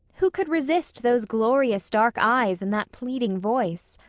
who could resist those glorious dark eyes, and that pleading voice?